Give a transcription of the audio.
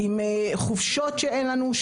עם חופשות שאין לנו.